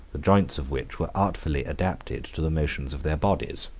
the joints of which were artfully adapted to the motions of their bodies.